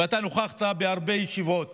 ואתה נכחת בהרבה ישיבות